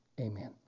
Amen